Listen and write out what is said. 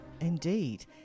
Indeed